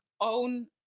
own